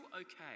okay